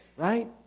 right